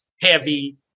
heavy